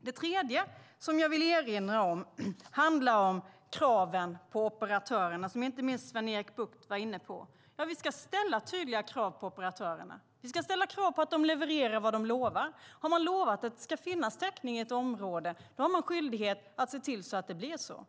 Det tredje jag vill erinra om handlar om kraven på operatörerna, som inte minst Sven-Erik Bucht var inne på. Ja, vi ska ställa tydliga krav på operatörerna. Vi ska ställa krav på att de levererar vad de lovar. Har man lovat att det ska finnas täckning i ett område har man skyldighet att se till att det blir så.